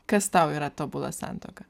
kas tau yra tobula santuoka